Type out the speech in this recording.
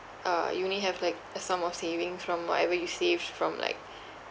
uh you only have like a sum of savings from whatever you saved from like